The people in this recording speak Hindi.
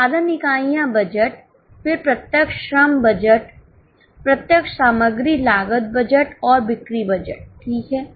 उत्पादन इकाइयाँ बजट फिर प्रत्यक्ष श्रम बजट प्रत्यक्ष सामग्री लागत बजट और बिक्री बजट ठीक है